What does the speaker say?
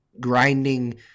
grinding